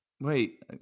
Wait